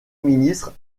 ministre